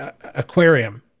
aquarium